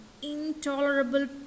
intolerable